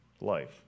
life